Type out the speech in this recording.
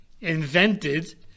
invented